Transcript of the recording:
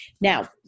Now